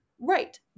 Right